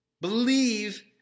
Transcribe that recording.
Believe